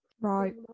Right